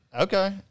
Okay